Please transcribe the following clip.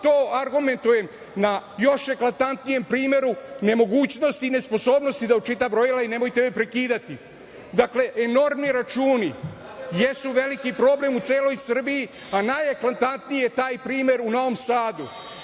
to argumentujem na još eklatantnijem primeru nemogućnost i nesposobnost da očita brojila i nemojte me prekidati. Dakle, enormni računi jesu veliki problem u celoj Srbiji, a najeklatantniji je taj primer u Novom Sadu